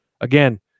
Again